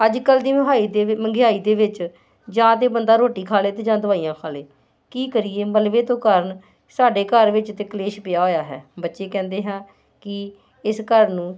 ਅੱਜ ਕੱਲ੍ਹ ਜਿਵੇਂ ਮਹਾਈ ਦੇਵੇ ਮਹਿੰਗਾਈ ਦੇ ਵਿੱਚ ਜਾ ਤਾਂ ਬੰਦਾ ਰੋਟੀ ਖਾ ਲਏ ਅਤੇ ਜਾਂ ਦਵਾਈਆਂ ਖਾ ਲਏ ਕੀ ਕਰੀਏ ਮਲਬੇ ਤੋਂ ਕਾਰਨ ਸਾਡੇ ਘਰ ਵਿੱਚ ਤਾਂ ਕਲੇਸ਼ ਪਿਆ ਹੋਇਆ ਹੈ ਬੱਚੇ ਕਹਿੰਦੇ ਆ ਕਿ ਇਸ ਘਰ ਨੂੰ